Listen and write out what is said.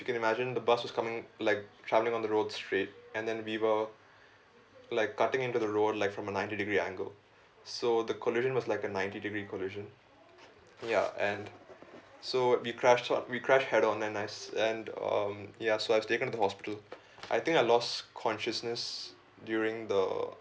can imagine the bus was coming like travelling on the road street and then we were like cutting into the road like from a ninety degree angle so the collision was like a ninety degree collision ya and so we crashed on we crashed head on and I s~ and um ya so I was taken to the hospital I think I lost consciousness during the